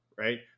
Right